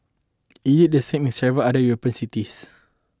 it did the same in several other European cities